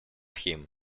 him